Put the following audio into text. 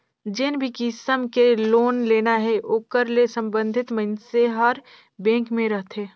जेन भी किसम के लोन लेना हे ओकर ले संबंधित मइनसे हर बेंक में रहथे